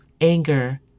anger